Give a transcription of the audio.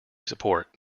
support